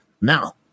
Now